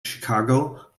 chicago